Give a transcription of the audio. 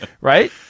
Right